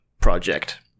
project